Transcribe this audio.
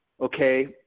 okay